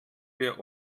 wir